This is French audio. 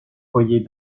foyer